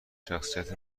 شخصیت